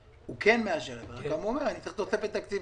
והוא כן מאשר את זה אבל הוא אומר שהוא צריך תוספת תקציבית.